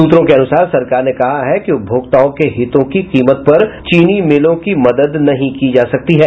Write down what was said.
सूत्रों के अनुसार सरकार ने कहा है कि उपभोक्ताओं के हितों की कीमत पर चीनी मिलों की मदद नहीं की जा सकती है